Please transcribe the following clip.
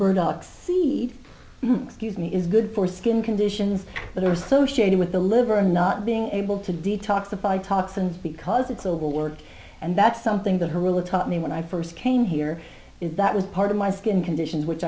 burdocks seat excuse me is good for skin conditions that are associated with the liver and not being able to detoxify toxins because it's overwork and that's something that her really taught me when i first came here is that was part of my skin conditions which